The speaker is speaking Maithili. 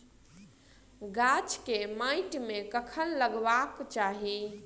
गाछ केँ माइट मे कखन लगबाक चाहि?